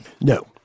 No